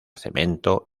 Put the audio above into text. cemento